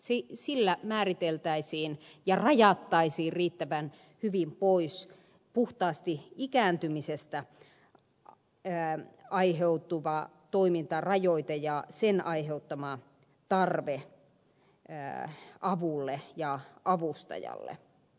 sillä määriteltäisiin ja rajattaisiin riittävän hyvin pois puhtaasti ikääntymisestä aiheutuva toimintarajoite ja sen aiheuttama tarve avulle ja avustajalle